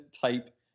type